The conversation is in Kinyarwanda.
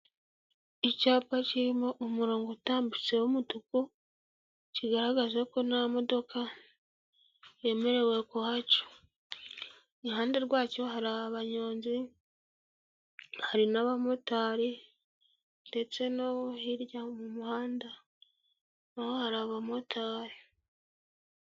Icyapa kirimo umurongo utambutse w'umutuku kigaragaza ko nta modoka yemerewe kuhaca, iruhande rwacyo hari abanyonzi, hari n'abamotari ndetse no hirya mu muhanda naho hari abamotari.